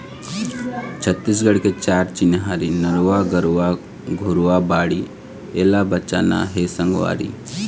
छत्तीसगढ़ के चार चिन्हारी नरूवा, गरूवा, घुरूवा, बाड़ी एला बचाना हे संगवारी